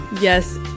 Yes